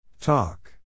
Talk